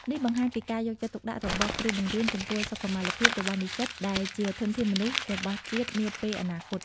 នេះបង្ហាញពីការយកចិត្តទុកដាក់របស់គ្រូបង្រៀនចំពោះសុខុមាលភាពរបស់និស្សិតដែលជាធនធានមនុស្សរបស់ជាតិនាពេលអនាគត។